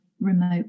remote